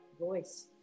voice